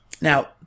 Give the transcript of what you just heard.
Now